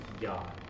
God